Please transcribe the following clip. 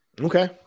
Okay